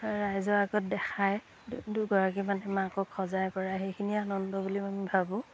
ৰাইজৰ আগত দেখায় দুগৰাকী মানে মাকক সজাই পৰাই সেইখিনিয়ে আনন্দ বুলি আমি ভাবোঁ